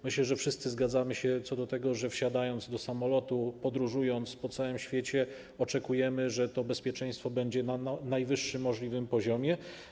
Myślę, że wszyscy zgadzamy się co do tego, że wsiadając do samolotu, podróżując po całym świecie, oczekujemy, że to bezpieczeństwo będzie na najwyższym możliwym poziomie.